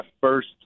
first